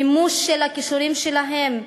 מימוש של הכישורים שלהם,